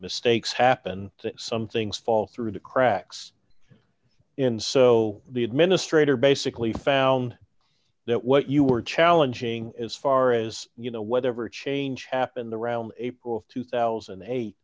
mistakes happen some things fall through the cracks and so the administrator basically found that what you were challenging as far as you know whatever change happened the around april two thousand and eight